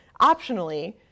optionally